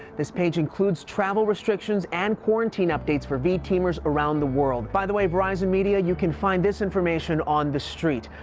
this page includes travel restrictions and quarantine updates for v teamers around the world. by the way, verizon media, you can find this information on the street.